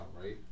right